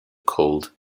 called